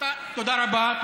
תודה רבה.